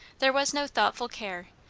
there was no thoughtful care,